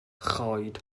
choed